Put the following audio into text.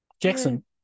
Jackson